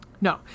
no